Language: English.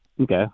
Okay